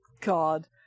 God